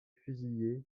fusillé